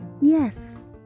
Yes